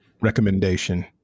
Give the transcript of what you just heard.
Recommendation